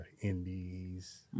indies